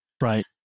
Right